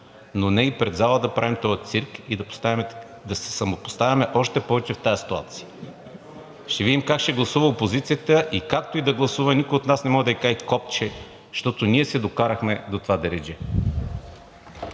но не и пред залата да правим този цирк и да се самопоставяме още повече в тази ситуация. Ще видим как ще гласува опозицията и както и да гласува, никой от нас не може да ѝ каже копче, защото ние се докарахме до това дередже.